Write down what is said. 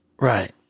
right